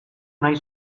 nahi